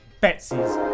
betsy's